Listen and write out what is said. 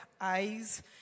eyes